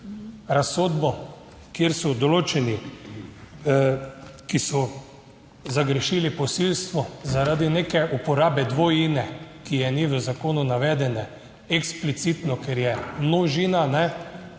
razsodbo, kjer so določeni, ki so zagrešili posilstvo, zaradi neke uporabe dvojine, ki je ni v zakonu navedene. Eksplicitno, ker je množina, gre